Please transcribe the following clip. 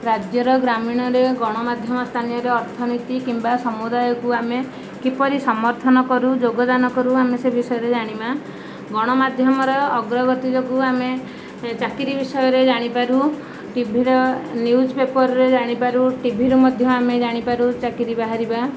ରାଜ୍ୟର ଗ୍ରାମୀଣରେ ଗଣମାଧ୍ୟମ ସ୍ଥାନରେ ଅର୍ଥନୀତି କିମ୍ବା ସମୁଦାୟକୁ ଆମେ କିପରି ସମର୍ଥନ କରୁ ଯୋଗଦାନ କରୁ ଆମେ ସେବିଷୟରେ ଜାଣିମା ଗଣମାଧ୍ୟମର ଅଗ୍ରଗତି ଯୋଗୁ ଆମେ ଚାକିରି ବିଷୟରେ ଜାଣିପାରୁ ଟିଭିର ନିୟୁଜ ପେପରରୁ ଜାଣିପାରୁ ଟିଭିରୁ ମଧ୍ୟ ଆମେ ଜାଣିପାରୁ ଚାକିରୀ ବାହାରିବା